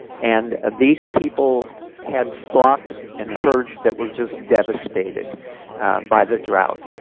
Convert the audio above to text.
and these people had flocks and herds that were just devastated by the drought.